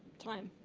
time.